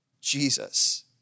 Jesus